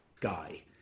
guy